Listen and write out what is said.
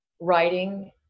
writing